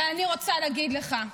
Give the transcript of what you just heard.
ואני רוצה להגיד לך,